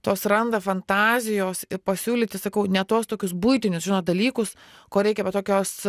tos randa fantazijos ir pasiūlyti sakau ne tuos tokius buitinius žinot dalykus ko reikia bet tokios